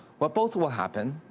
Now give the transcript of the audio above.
but both will happen.